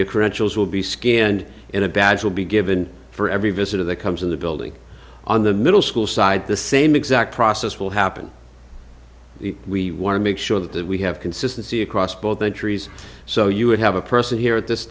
your corrections will be scanned in a badge will be given for every visitor that comes in the building on the middle school side the same exact process will happen we want to make sure that we have consistency across both countries so you would have a person here at this